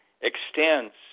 extends